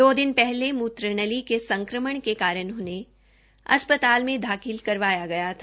दो दिन पहले मूत्र नली के संक्रमण के कारण उन्हे अस्पताल में दाखिल करवाया गया था